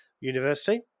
University